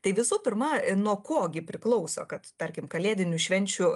tai visų pirma nuo ko gi priklauso kad tarkim kalėdinių švenčių